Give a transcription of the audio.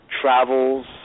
travels